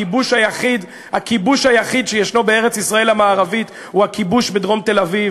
הכיבוש היחיד שישנו בארץ-ישראל המערבית הוא הכיבוש בדרום תל-אביב,